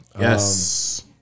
Yes